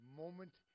moment